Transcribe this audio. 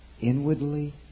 Inwardly